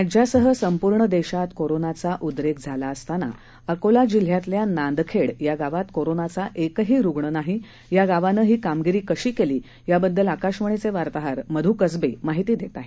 राज्यासह संपूर्ण देशात कोरोनाचा उद्रेक झाला असताना अकोला जिल्ह्यातल्या नांदखेड या गावात कोरोनाचा एकही रुग्ण नाही या गावानं ही कामगीरी कशी केली या बद्दल आकाशवाणीचे वार्ताहर मधू कसबे माहिती देत आहेत